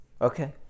Okay